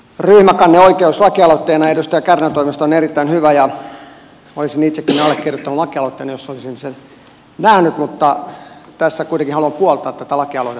ryhmäkanneoikeus lakialoitteena edustaja kärnän toimesta on erittäin hyvä ja olisin itsekin allekirjoittanut lakialoitteen jos olisin sen nähnyt mutta tässä kuitenkin haluan puoltaa tätä lakialoitetta puheenvuorollani